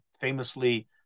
famously